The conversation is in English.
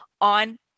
on